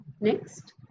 Next